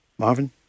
Marvin